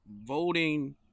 voting